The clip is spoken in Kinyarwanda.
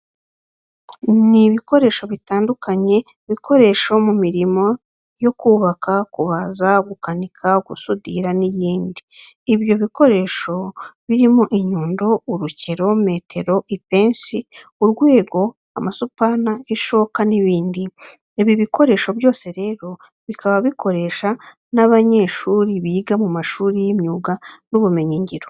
Ni ibikoresho bitandukanye bikoresho mu mirimo yo kubaka, kubaza, gukanika, gusudira n'iyindi. Ibyo bikoresho birimo inyundo, urukero, metero, ipensi, urwego, amasupana, ishoka n'ibindi. Ibi bikoresho byose rero bikaba bikoresha n'abanyeshuri biga mu mashuri y'imyuga n'ubumenyingiro.